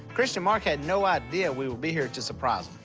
chris and mark had no idea we would be here to surprise